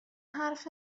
حرف